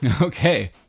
Okay